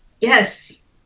yes